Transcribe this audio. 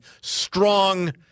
strong